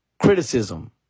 Criticism